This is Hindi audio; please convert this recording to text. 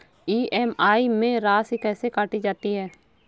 ई.एम.आई में राशि कैसे काटी जाती है?